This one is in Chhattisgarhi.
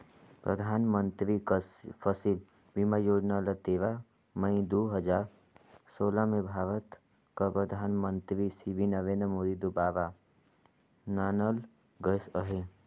परधानमंतरी फसिल बीमा योजना ल तेरा मई दू हजार सोला में भारत कर परधानमंतरी सिरी नरेन्द मोदी दुवारा लानल गइस अहे